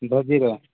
ଭୋଜିର